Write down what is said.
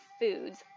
Foods